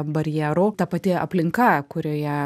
barjerų ta pati aplinka kurioje